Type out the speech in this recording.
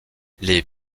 les